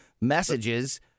messages